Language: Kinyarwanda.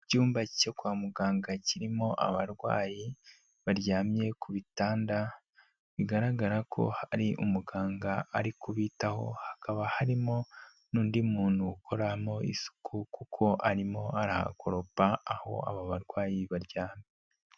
Icyumba cyo kwa muganga kirimo abarwayi baryamye ku bitand, bigaragara ko hari umuganga ari kubitaho, hakaba harimo n'undi muntu ukoramo isuku kuko arimo arahakoropa, aho aba barwayi baryamye.